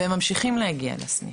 והם ממשיכים להגיע אל הסניף.